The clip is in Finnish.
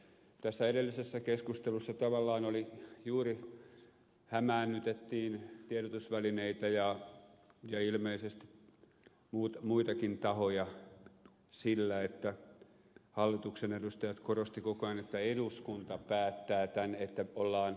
tässä edellisessä keskustelussa tavallaan juuri hämäännytettiin tiedotusvälineitä ja ilmeisesti muitakin tahoja sillä että hallituksen edustajat korostivat koko ajan että eduskunta päättää tämän että ollaan